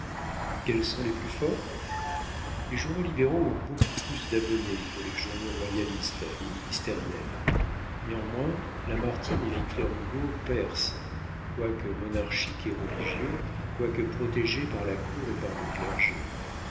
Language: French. quels sont les plus forts les journaux libéraux ont beaucoup plus d'abonnés que les journaux royalistes et ministériels néanmoins lamartine et victor hugo percent quoique monarchiques et religieux quoique protégés par la cour et par le clergé